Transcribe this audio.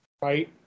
Right